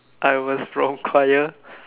I was from choir